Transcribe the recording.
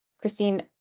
Christine